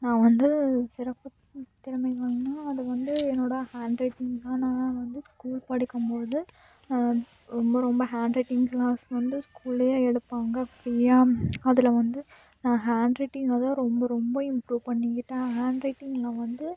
நான் வந்து சிறப்பு திறமைகள்னா அது வந்து என்னோடய ஹேண்ட் ரைட்டிங் தான் வந்து ஸ்கூல் படிக்கும் போது ரொம்ப ரொம்ப ஹேண்ட் ரைட்டிங் கிளாஸ் வந்து ஸ்கூல்லையே எடுப்பாங்க ஃப்ரீயாக அதிக் வந்து நான் ஹேண்ட் ரைட்டிங்கைதான் ரொம்ப ரொம்ப இம்ப்ரூவ் பண்ணிக்கிட்டேன் ஹேண்ட் ரைட்டிங்கில் வந்து